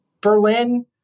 Berlin